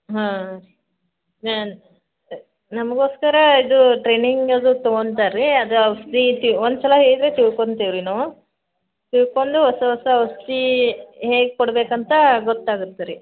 ಹಾಂ ನಮಗೋಸ್ಕರ ಇದು ಟ್ರೈನಿಂಗ್ ಅದು ತೊಗೊಂತಾರೆ ರೀ ಅದು ಔಷ್ಧಿ ತಿ ಒಂದು ಸಲ ಹೇಳಿದ್ರೆ ತಿಳ್ಕೊಂತೇವೆ ರೀ ನಾವು ತಿಳ್ಕೊಂಡು ಹೊಸ ಹೊಸ ಔಷ್ಧಿ ಹೇಗೆ ಕೊಡಬೇಕಂತ ಗೊತ್ತಾಗತ್ತೆ ರೀ